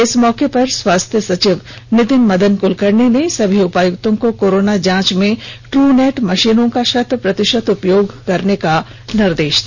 इस मौके पर स्वास्थ्य सचिव नितिन मदन कुलकर्णी ने सभी उपायुक्तों को कोरोना जांच में ट्रूनेट मषीनों का षत प्रतिषत उपयोग करने का निर्देष दिया